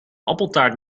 appeltaart